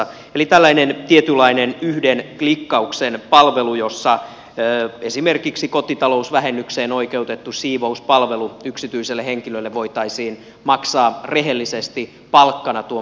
eli olisi tällainen tietynlainen yhden klikkauksen palvelu jossa esimerkiksi kotitalousvähennykseen oikeutettu siivouspalvelu yksityiselle henkilölle voitaisiin maksaa rehellisesti palkkana tuon palkka